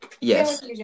Yes